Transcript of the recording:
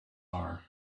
are